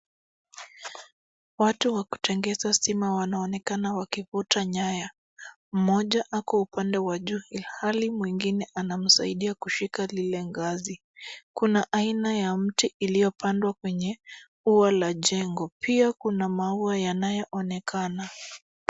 Watu wakutengenenza stima wanaonekana wakivuta nyaya. Mmoja ako upande wa juu ilhali mwengine anamsaidia kushika lile ngazi. Kuna aina ya mti iliopandwa kwenye ua la jengo. Pia kuna maua yanayoonekana.